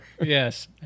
yes